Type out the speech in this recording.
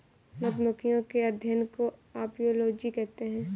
मधुमक्खियों के अध्ययन को अपियोलोजी कहते हैं